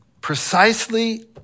precisely